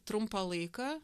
trumpą laiką